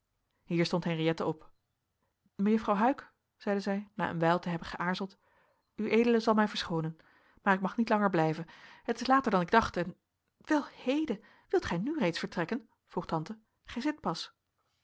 hier stond henriëtte op mejuffrouw huyck zeide zij na een wijl te hebben geaarzeld ued zal mij verschoonen maar ik mag niet langer blijven het is later dan ik dacht en wel heden wilt gij nu reeds vertrekken vroeg tante gij zit pas